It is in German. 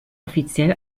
offiziell